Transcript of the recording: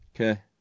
Okay